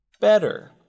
better